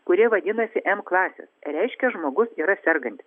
kurie vadinasi m klasės reiškia žmogus yra sergantis